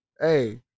hey